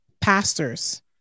pastors